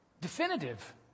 definitive